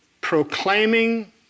Proclaiming